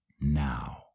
now